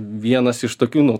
vienas iš tokių